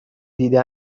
دیده